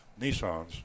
Nissans